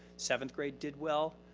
seventh grade did well,